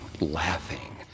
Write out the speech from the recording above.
laughing